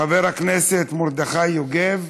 חבר הכנסת מרדכי יוגב.